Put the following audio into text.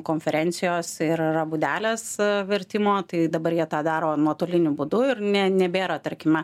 konferencijos ir yra būdelės vertimo tai dabar jie tą daro nuotoliniu būdu ir ne nebėra tarkime